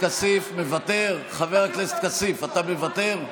כסיף, מוותר, חבר הכנסת כסיף, אתה מוותר?